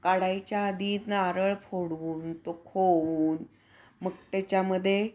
काढायच्या आधी नारळ फोडून तो खोवून मग त्याच्यामध्ये